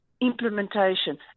implementation